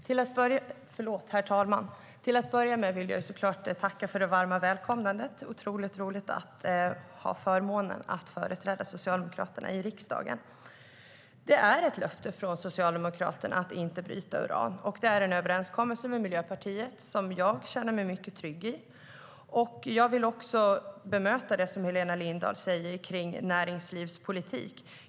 Herr ålderspresident! Till att börja med vill jag tacka för det varma välkomnandet. Det är otroligt roligt att ha förmånen att företräda Socialdemokraterna i riksdagen. Det är ett löfte från Socialdemokraterna att inte bryta uran. Det är en överenskommelse med Miljöpartiet som jag känner mig mycket trygg med. Jag vill också bemöta det som Helena Lindahl säger om näringslivspolitik.